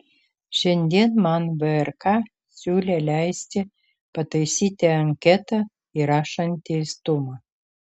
šiandien man vrk siūlė leisti pataisyti anketą įrašant teistumą